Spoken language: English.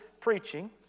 preaching